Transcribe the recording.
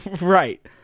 right